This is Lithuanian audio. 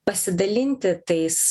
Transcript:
pasidalinti tais